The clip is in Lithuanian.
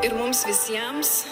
ir mums visiems